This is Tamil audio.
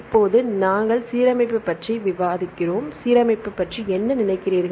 இப்போது நாங்கள் சீரமைப்பு பற்றி விவாதிக்கிறோம் சீரமைப்பு பற்றி என்ன நினைக்கிறீர்கள்